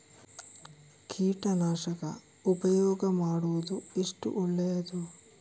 ಕೀಟನಾಶಕ ಉಪಯೋಗ ಮಾಡುವುದು ಎಷ್ಟು ಒಳ್ಳೆಯದು?